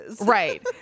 Right